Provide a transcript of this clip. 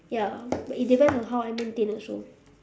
ya but it depends on how I maintain also